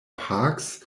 parks